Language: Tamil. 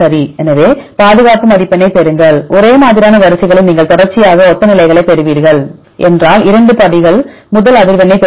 எனவே பாதுகாப்பு மதிப்பெண்ணைப் பெறுங்கள் ஒரே மாதிரியான வரிசைகளில் நீங்கள் தொடர்ச்சியாக ஒத்த நிலைகளைப் பெறுவீர்கள் என்றால் 2 படிகள் முதல் அதிர்வெண்ணைப் பெறுகிறது